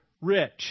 rich